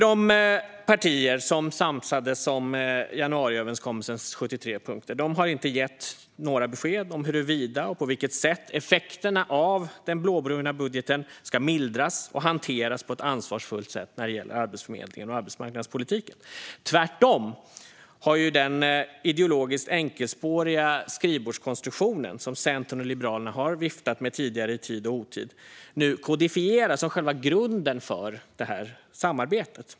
De partier som samsades om januariöverenskommelsens 73 punkter har nämligen inte gett några besked huruvida och på vilket sätt effekterna av den blåbruna budgeten ska mildras och hanteras på ett ansvarsfullt sätt när det gäller Arbetsförmedlingen och arbetsmarknadspolitiken. Tvärtom har den ideologiskt enkelspåriga skrivbordskonstruktion som Centern och Liberalerna har viftat med tidigare i tid och otid nu kodifierats som själva grunden för detta samarbete.